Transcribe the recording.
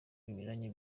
binyuranye